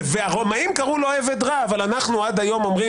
והרומאים קראו לו עבד רע אבל אנחנו עד היום אומרים